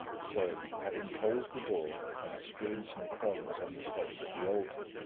so, having closed the door and strewn some crumbs on the steps of the altar,